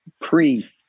pre